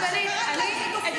פניתי לחברים שלך,